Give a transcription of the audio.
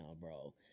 bro